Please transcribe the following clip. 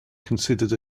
considered